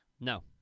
no